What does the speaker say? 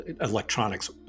electronics